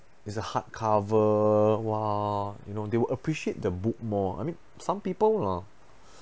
is a hardcover !wah! you know they will appreciate the book more I mean some people lah